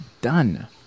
done